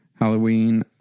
Halloween